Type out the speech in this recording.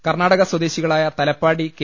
കർണാടക സ്വദേശികളായ തലപ്പാടി കെ